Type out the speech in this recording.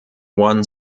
one